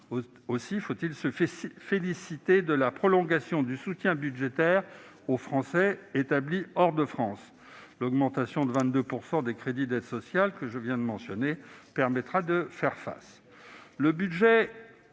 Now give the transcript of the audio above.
Aussi faut-il se féliciter de la prolongation du soutien budgétaire accordé aux Français établis hors du territoire national ; l'augmentation de 22 % des crédits d'aide sociale que je viens de mentionner permettra de faire face.